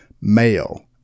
Male